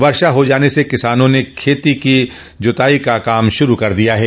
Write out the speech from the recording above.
वर्षा हो जाने से किसानों ने खेतों की जुताई का कार्य शुरू कर दिया है